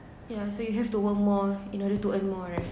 yeah so you have to work more in order to earn more right